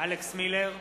אלכס מילר,